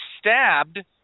stabbed